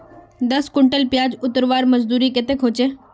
दस कुंटल प्याज उतरवार मजदूरी कतेक होचए?